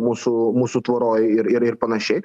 mūsų mūsų tvoroj ir ir panašiai